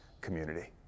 community